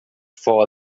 for